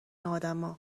آدما